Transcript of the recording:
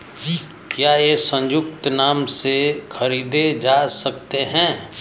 क्या ये संयुक्त नाम से खरीदे जा सकते हैं?